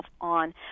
on